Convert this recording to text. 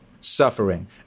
suffering